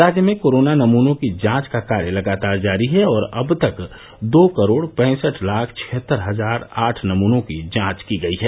राज्य में कोरोना नमूनों की जांच का कार्य लगातार जारी है और अब तक दो करोड़ पैंसठ लाख छिहत्तर हजार आठ नमूनों की जांच की गई है